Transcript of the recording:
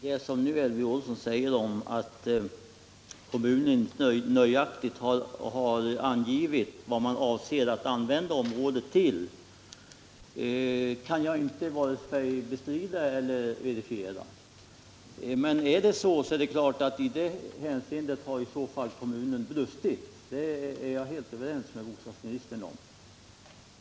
Herr talman! Det som Elvy Olsson nu säger om att kommunen inte nöjaktigt har angivit vad man avser att använda området till kan jag inte vare sig bestrida eller verifiera. Men är det så som Elvy Olsson säger har kommunen självfallet brustit i det hänseendet — det är jag helt överens med bostadsministern om.